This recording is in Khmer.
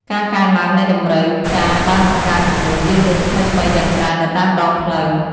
ការកើនឡើងនៃតម្រូវការបានបង្កើនចំនួនយានយន្តថ្មីៗយ៉ាងច្រើននៅតាមដងផ្លូវ។